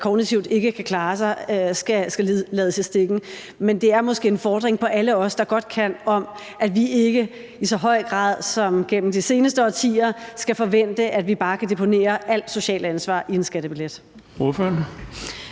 som kognitivt ikke kan klare sig, skal lades i stikken. Men det er måske en fordring på alle os, der godt kan, om, at vi ikke i så høj grad, som det har været gennem de seneste årtier, skal forvente, at vi bare kan deponere alt socialt ansvar i en skattebillet.